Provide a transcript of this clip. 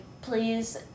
please